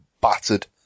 battered